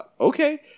okay